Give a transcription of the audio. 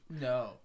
no